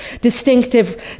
distinctive